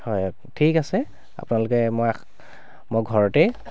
হয় ঠিক আছে আপোনালোকে মই মই ঘৰতে